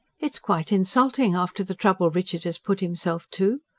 it's quite insulting after the trouble richard has put himself to.